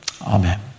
Amen